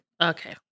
Okay